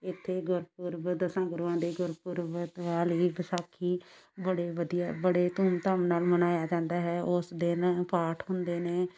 ਇੱਥੇ ਗੁਰਪੁਰਬ ਦਸਾਂ ਗੁਰੂਆਂ ਦੇ ਗੁਰਪੁਰਬ ਅਤੇ ਨਾਲ ਹੀ ਵਿਸਾਖੀ ਬੜੇ ਵਧੀਆ ਬੜੇ ਧੂਮ ਧਾਮ ਨਾਲ ਮਨਾਇਆ ਜਾਂਦਾ ਹੈ ਉਸ ਦਿਨ ਪਾਠ ਹੁੰਦੇ ਨੇ